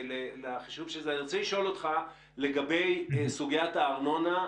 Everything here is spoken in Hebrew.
אני רוצה לשאול אותך לגבי סוגיית הארנונה